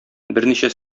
берничә